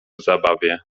zabawie